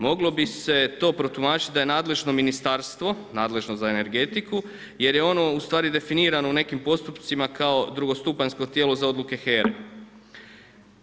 Moglo bi se to protumačiti da je nadležno ministarstvo, nadležno za energetiku jer je ono ustvari definirano u nekim postupcima kao drugostupanjsko tijelo za odluke HERA-e.